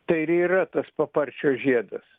tai yra tas paparčio žiedas